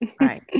Right